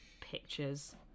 pictures